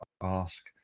ask